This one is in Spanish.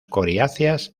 coriáceas